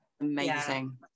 amazing